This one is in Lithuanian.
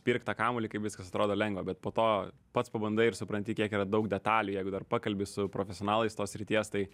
pirk tą kamuolį kaip viskas atrodo lengva bet po to pats pabandai ir supranti kiek yra daug detalių jeigu dar pakalbi su profesionalais tos srities tai